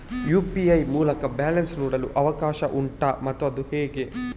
UPI ಮೂಲಕ balance ನೋಡಲು ಅವಕಾಶ ಉಂಟಾ ಮತ್ತು ಅದು ಹೇಗೆ?